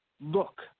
look